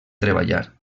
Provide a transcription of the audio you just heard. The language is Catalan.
treballar